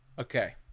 Okay